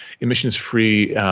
emissions-free